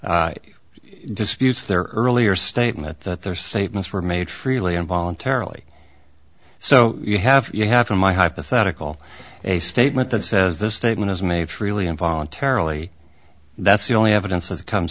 recantation disputes their earlier statement that their statements were made freely and voluntarily so you have you have in my hypothetical a statement that says this statement is made freely and voluntarily that's the only evidence that comes